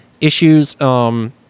issues